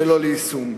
ולא ליישום.